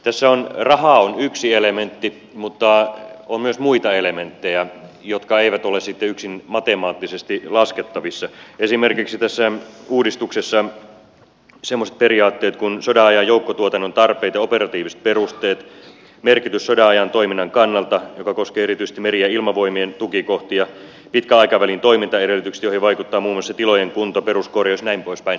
tässä raha on yksi elementti mutta on myös muita elementtejä jotka eivät ole sitten yksin matemaattisesti laskettavissa esimerkiksi tässä uudistuksessa semmoiset periaatteet kuin sodan ajan joukkotuotannon tarpeet ja operatiiviset perusteet merkitys sodan ajan toiminnan kannalta joka koskee erityisesti meri ja ilmavoimien tukikohtia pitkän aikavälin toimintaedellytykset joihin vaikuttaa muun muassa tilojen kunto peruskorjaus jnp